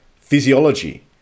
physiology